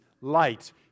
light